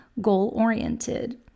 goal-oriented